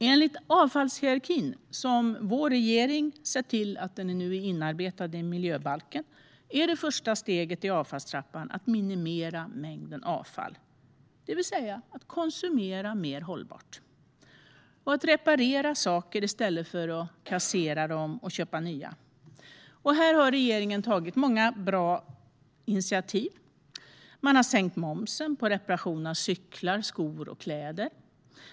Enligt avfallshierarkin, som vår regering har arbetat in i miljöbalken, är det första steget i avfallstrappan att minimera mängden avfall, det vill säga att konsumera mer hållbart och reparera saker i stället för att kassera dem och köpa nya. Här har regeringen tagit många bra initiativ. Man har sänkt momsen på reparationer av cyklar, skor och kläder.